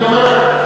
אני אומר לך,